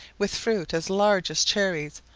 with fruit as large as cherries,